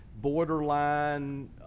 borderline